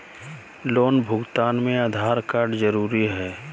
Loan भुगतान में Aadhaar card जरूरी है?